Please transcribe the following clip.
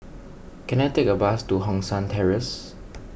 can I take a bus to Hong San Terrace